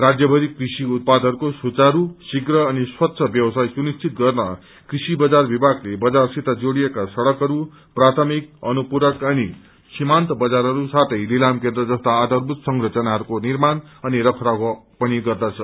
राज्यभरी कृषि उत्पादहरूको सुचारू शीव्र अनि स्वच्छ व्यवसाय सुनिश्चित गर्न कृषि बजार विम्नागले बजारसित जोड़िएका सड़कहरू प्राथमिक अनुपूरक अनि सीमान्त बजारहरू साथै लिलाम केन्द्र जस्ता आधरभूत संरचनाहरूको निर्माण अनि रखरखाव पनि गर्दछ